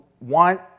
want